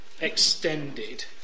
extended